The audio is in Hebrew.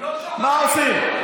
מה עושים?